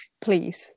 please